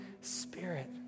Spirit